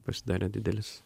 pasidarė didelis